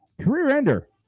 Career-ender